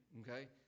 okay